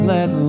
Let